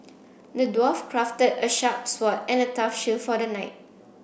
the dwarf crafted a sharp sword and a tough shield for the knight